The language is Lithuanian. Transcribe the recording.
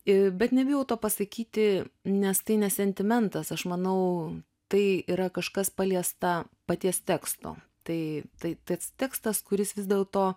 ir bet nebijau to pasakyti nes tai ne sentimentas aš manau tai yra kažkas paliesta paties teksto tai tai tekstas kuris vis dėl to